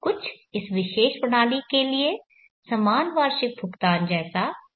कुछ इस विशेष प्रणाली के लिए समान वार्षिक भुगतान जैसा जो संचालन में है